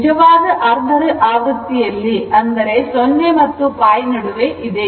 ನಿಜವಾಗಿ ಅರ್ಧ ಆವೃತ್ತಿಯಲ್ಲಿ ಅಂದರೆ 0 ಮತ್ತು π ನಡುವೆ ಇದೆ